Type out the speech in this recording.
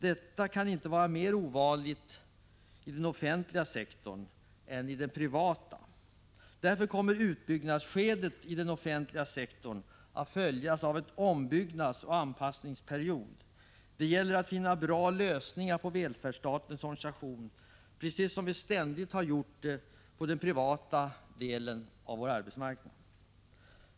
Detta kan inte vara mera ovanligt i den offentliga sektorn än i den privata. Därför kommer utbyggnadsskedet i den offentliga sektorn att följas av en ombyggnadsoch anpassningsperiod. Det gäller att finna bra lösningar på välfärdsstatens organisation, precis som vi ständigt har gjort på den privata delen av vår arbetsmarknad.